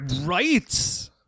Right